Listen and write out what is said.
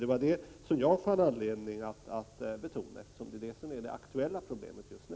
Det var detta som jag fann anledning att betona, eftersom det är det som är det aktuella problemet just nu.